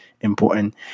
important